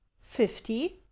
fifty